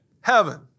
Heaven